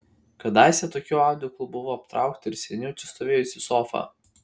kadaise tokiu audeklu buvo aptraukta ir seniau čia stovėjusi sofa